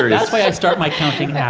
that's why i start my counting yeah